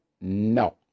no